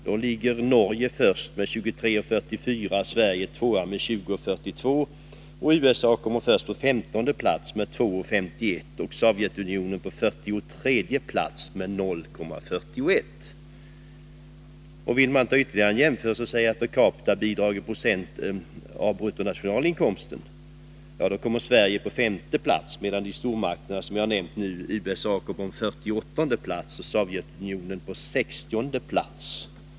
Då ligger Norge först med 23,34 US dollar, Sverige tvåa med 20,42, och USA först på femtonde plats med 2,51. Sovjetunionen ligger på plats 43 med 0,41 dollar. Räknar man per capita-bidrag i procent av per capita BNP kommer Sverige på femte plats, medan stormakterna USA och Sovjetunionen kommer på plats 48 resp. 60.